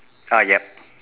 ah yup